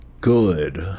good